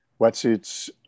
wetsuits